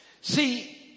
See